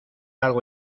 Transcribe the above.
algo